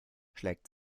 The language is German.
schlägt